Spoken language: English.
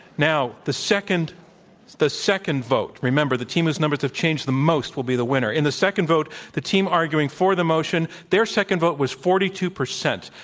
now, the second the second vote remember, the team whose numbers have changed the most will be the winner in the second vote, the team arguing for the motion, their second vote was forty two percent.